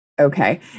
Okay